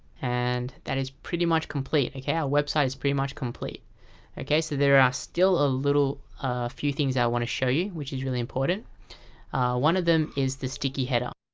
and that is pretty much complete. and yeah our website is pretty much complete so there are still a little few things i want to show you which is really important one of them is the sticky header.